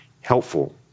helpful